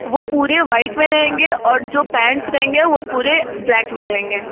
वो पूरे व्हाइट में रहेंगे और जो पैंट्स रहेंगे वो पूरे ब्लैक में रहेंगे